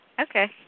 Okay